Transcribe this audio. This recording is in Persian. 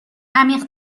عمیق